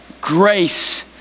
Grace